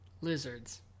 Lizards